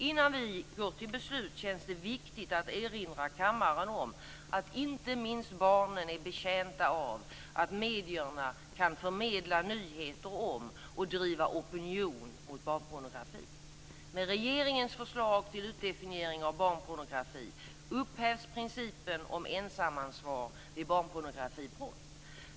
Innan vi går till beslut känns det viktigt att erinra kammaren om att inte minst barnen är betjänta av att medierna kan förmedla nyheter om och driva opinion mot barnpornografi. Med regeringens förslag till utdefiniering av barnpornografi upphävs principen om ensamansvar vid barnpornografibrott.